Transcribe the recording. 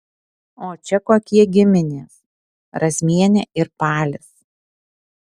o čia kokie giminės razmienė ir palis